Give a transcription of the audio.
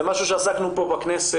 זה משהו שעסקנו פה בכנסת